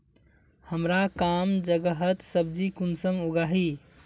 हमार कम जगहत सब्जी कुंसम उगाही?